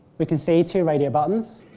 we can see two radio buttons,